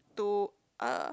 do a